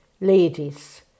ladies